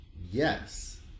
Yes